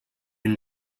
been